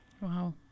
Wow